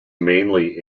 mainly